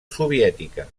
soviètica